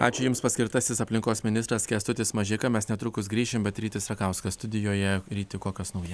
ačiū jums paskirtasis aplinkos ministras kęstutis mažeika mes netrukus grįšim bet rytis rakauskas studijoje ryti kokios naujienos